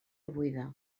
buida